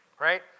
right